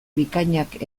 bikainak